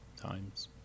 times